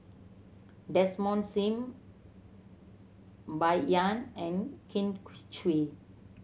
Desmond Sim Bai Yan and Kin Chui